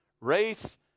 race